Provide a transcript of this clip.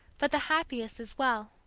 but the happiest as well.